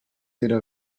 era